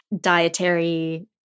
dietary